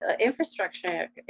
infrastructure